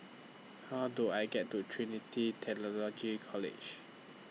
How Do I get to Trinity Theological College